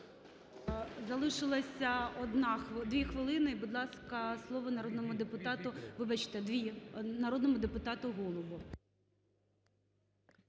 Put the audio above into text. Залишилася одна… дві хвилини і, будь ласка, слово народному депутату –